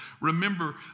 Remember